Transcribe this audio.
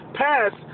pass